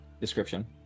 description